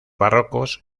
barrocos